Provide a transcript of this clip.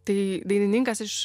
tai dainininkas iš